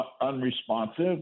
unresponsive